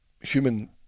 human